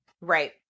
Right